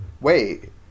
Wait